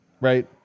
right